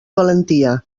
valentia